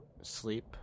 sleep